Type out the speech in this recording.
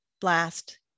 Blast